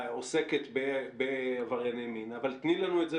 עוסקת בעברייני מין אבל תני לנו את זה